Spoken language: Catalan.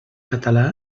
català